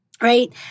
right